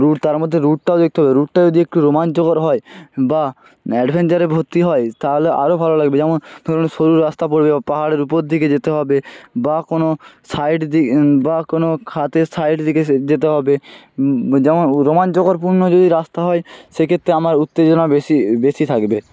root তার মধ্যে রুটটাও দেখতে হবে রুটটা যদি একটু রোমাঞ্চকর হয় বা অ্যাডভেঞ্চারে ভর্তি হয় তাহলে আরও ভালো লাগবে যেমন ধরুন সরু রাস্তা পড়বে বা পাহাড়ের উপর দিকে যেতে হবে বা কোনো সাইড দিয়ে বা কোনো খাদের সাইড দিকে সে যেতে হবে যেমন রোমাঞ্চকরপূর্ণ যদি রাস্তা হয় সেক্ষেত্রে আমার উত্তেজনা বেশি বেশি থাকবে